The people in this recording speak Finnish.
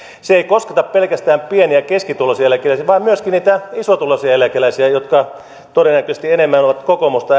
se ei kosketa pelkästään pieni ja keskituloisia eläkeläisiä vaan myöskin niitä isotuloisia eläkeläisiä jotka todennäköisesti enemmän ovat kokoomusta